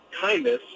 kindness